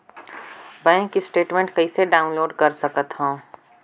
Bank statement कइसे download कर सकथव?